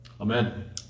Amen